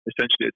essentially